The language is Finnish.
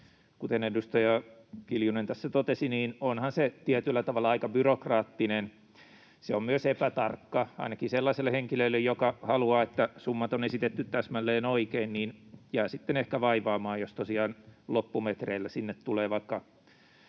Kuten edustaja Kiljunen tässä totesi, niin onhan se tietyllä tavalla aika byrokraattinen. Se on myös epätarkka ainakin sellaiselle henkilölle, joka haluaa, että summat on esitetty täsmälleen oikein. Jää sitten ehkä vaivaamaan, jos tosiaan loppumetreillä sinne tulee vaikka